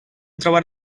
trobar